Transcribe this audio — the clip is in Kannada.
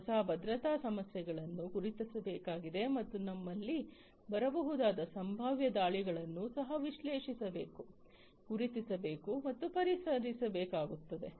ಈ ಹೊಸ ಭದ್ರತಾ ಸಮಸ್ಯೆಗಳನ್ನು ಗುರುತಿಸಬೇಕಾಗಿದೆ ಮತ್ತು ನಮ್ಮಲ್ಲಿ ಬರಬಹುದಾದ ಸಂಭಾವ್ಯ ದಾಳಿಗಳನ್ನು ಸಹ ವಿಶ್ಲೇಷಿಸಬೇಕು ಗುರುತಿಸಬೇಕು ಮತ್ತು ಪರಿಹರಿಸಬೇಕಾಗುತ್ತದೆ